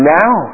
now